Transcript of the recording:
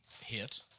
hit